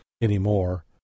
anymore